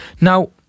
Now